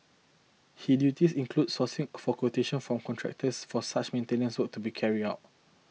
he duties includes sourcing for quotation from contractors for such maintenance work to be carry out